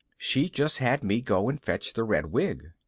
she just had me go and fetch the red wig.